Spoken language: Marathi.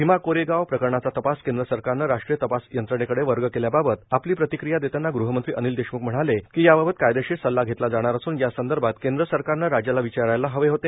भीमा कोरगाव प्रकरणाचा तपास केंद्र सरकारने राष्ट्रीय तपास यंत्रणेकडे वर्ग केल्याबाबत आपली प्रतिक्रिया देतांना गृहमंत्री अनिल देशमुख म्हणाले की याबाबत कायदेशीर सल्ला घेतला जाणार असून या संदर्भात केंद्र सरकारने राज्याला विचारायला हवे होते